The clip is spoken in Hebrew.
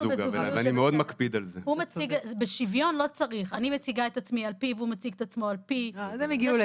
אומרת ואני חושב שעשינו פה איזה שהוא צעד מאוד גדול קדימה.